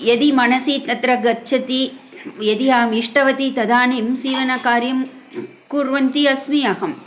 यदि मनसि तत्र गच्छति यदि अहम् इष्टवती तदानीं सीवनकार्यं कुर्वन्ति अस्मि अहम्